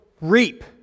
reap